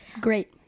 Great